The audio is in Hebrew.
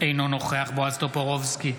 אינו נוכח בועז טופורובסקי,